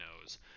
knows